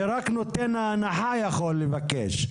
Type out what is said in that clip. שרק נותן ההנחה יכול לבקש.